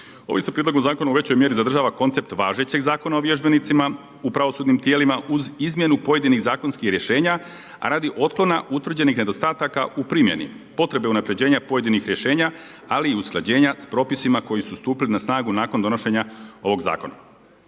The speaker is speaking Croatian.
Ovim se prijedlogom zakona u većoj mjeri zadržava koncept važećeg zakona o vježbenicima u pravosudnim tijelima uz izmjenu pojedinih zakonskih rješenja radi otklona utvrđenih nedostataka u primjeni, potrebe unaprjeđenja pojedinih rješenja ali i usklađenja s propisima koji su stupili na snagu nakon donošenja ovog zakona.